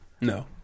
no